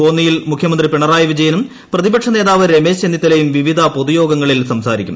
കോന്നിയിൽ മുഖ്യമന്ത്രി പിണറായി വിജയനും പ്രതിപക്ഷ നേതാവ് രമേശ് ചെന്നിത്തലയും വിവിധ പൊതുയോഗത്തിൽ സംസാരിക്കും